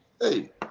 hey